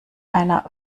einer